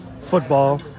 football